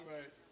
Right